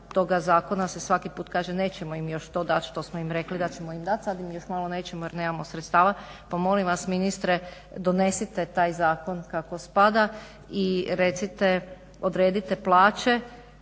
toga zakona se svaki put kaže nećemo im još to dati što smo im rekli da ćemo dati, sad im još malo nećemo jer nemamo sredstava. Pa molim vas ministre donesite taj zakon kako spada i recite, odredite plaće